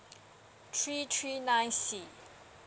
three three nine C